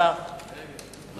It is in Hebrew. ההצעה שלא